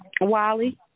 Wally